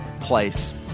place